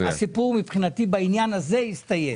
הסיפור מבחינתי בעניין הזה הסתיים.